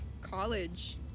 College